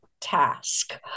task